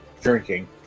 drinking